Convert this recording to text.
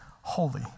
holy